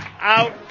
out